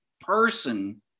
person